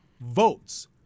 votes